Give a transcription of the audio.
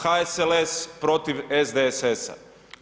HSLS protiv SDSS-a.